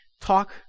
talk